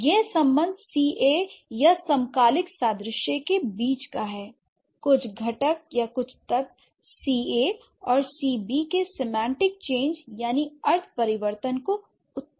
यह सम्बंध C a या समकालिक सदृश्य के बीच का है l कुछ घटक या कुछ तत्व C a और C b के सेमांटिक चेंज यानी अर्थ परिवर्तन को उत्तेजित करते हैं